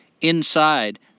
inside